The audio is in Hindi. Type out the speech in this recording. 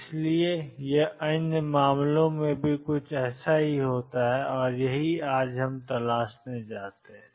इसलिए यह अन्य मामलों में भी कुछ ऐसा ही होता है और यही हम तलाशना चाहते हैं